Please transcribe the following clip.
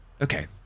okay